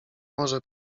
może